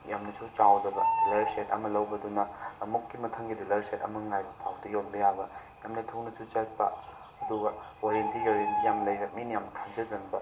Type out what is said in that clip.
ꯌꯥꯝꯅꯁꯨ ꯆꯥꯎꯗꯕ ꯗꯤꯂꯔ ꯁꯦꯠ ꯑꯃ ꯂꯧꯕꯗꯨꯅ ꯑꯃꯨꯛꯀꯤ ꯃꯊꯪꯒꯤ ꯗꯤꯂꯔ ꯁꯦꯠ ꯑꯃ ꯉꯥꯏꯕ ꯐꯥꯎꯗ ꯌꯣꯟꯕ ꯌꯥꯕ ꯌꯥꯝꯅ ꯊꯨꯅꯁꯨ ꯆꯠꯄ ꯑꯗꯨꯒ ꯋꯥꯔꯦꯟꯇꯤ ꯒꯔꯦꯟꯇꯤ ꯌꯥꯝ ꯂꯩꯕ ꯃꯤꯅ ꯌꯥꯝ ꯊꯥꯖꯒꯟꯕ